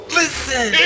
listen